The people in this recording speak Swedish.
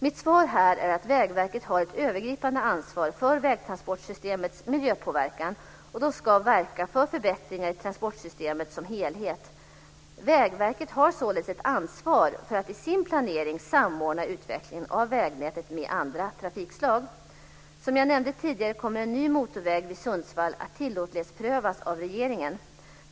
Mitt svar här är att Vägverket har ett övergripande ansvar för vägtransportsystemets miljöpåverkan och ska verka för förbättringar i transportsystemet som helhet. Vägverket har således ett ansvar för att i sin planering samordna utvecklingen av vägnätet med andra trafikslag. Som jag nämnde tidigare kommer en ny motorväg vid Sundsvall att tillåtlighetsprövas av regeringen.